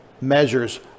measures